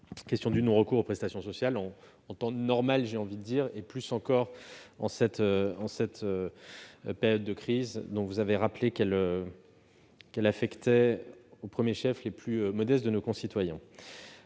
contre le non-recours aux prestations sociales, déjà en temps normal et plus encore en cette période de crise, dont vous avez rappelé qu'elle affectait au premier chef les plus modestes de nos concitoyens.